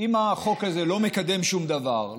אם החוק הזה לא מקדם שום דבר,